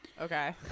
Okay